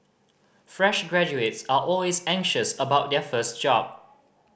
fresh graduates are always anxious about their first job